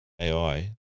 ai